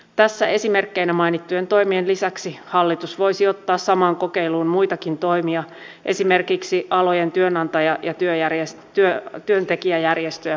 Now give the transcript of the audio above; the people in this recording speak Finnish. tässä esimerkkeinä mainittujen toimien lisäksi hallitus voisi ottaa samaan kokeiluun muitakin toimia esimerkiksi alojen työantaja ja työtekijäjärjestöjä kuultuaan